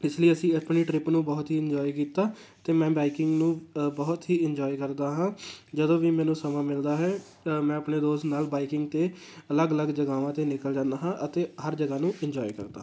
ਇਸ ਲਈ ਅਸੀਂ ਆਪਣੀ ਟਰਿੱਪ ਨੂੰ ਬਹੁਤ ਹੀ ਇੰਜੋਏ ਕੀਤਾ ਅਤੇ ਮੈਂ ਬਾਈਕਿੰਗ ਨੂੰ ਬਹੁਤ ਹੀ ਇੰਨਜੋਏ ਕਰਦਾ ਹਾਂ ਜਦੋਂ ਵੀ ਮੈਨੂੰ ਸਮਾਂ ਮਿਲਦਾ ਹੈ ਮੈਂ ਆਪਣੇ ਦੋਸਤ ਨਾਲ ਬਾਈਕਿੰਗ 'ਤੇ ਅਲੱਗ ਅਲੱਗ ਜਗ੍ਹਾਵਾਂ 'ਤੇ ਨਿਕਲ ਜਾਂਦਾ ਹਾਂ ਅਤੇ ਹਰ ਜਗ੍ਹਾ ਨੂੰ ਇੰਨਜੋਏ ਕਰਦਾ ਹਾਂ